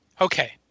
okay